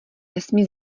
nesmí